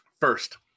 First